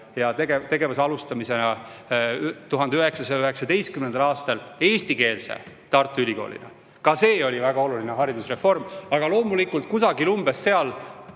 ja tegevuse alustamisega 1919. aastal eestikeelse ülikoolina. Ka need olid väga olulised haridusreformid. Aga loomulikult, kusagil umbes sellel